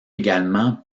également